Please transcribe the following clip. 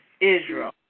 Israel